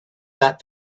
that